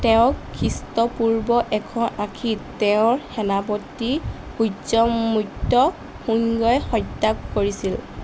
তেওঁক খ্ৰীষ্টপূৰ্ব এশ আশীত তেওঁৰ সেনাপতি পুষ্যমুত্য সুঙ্গই হত্যা কৰিছিল